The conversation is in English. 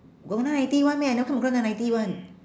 got nine ninety [one] meh I never come across nine ninety [one]